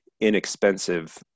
inexpensive